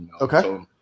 Okay